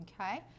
Okay